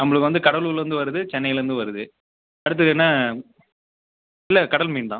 நம்மளுக்கு வந்து கடலூர்லேருந்து வருது சென்னைலேருந்து வருது அடுத்து என்ன இல்லை கடல் மீன் தான்